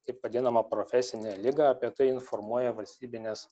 taip vadinamą profesinę ligą apie tai informuoja valstybinės